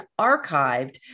archived